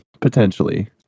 potentially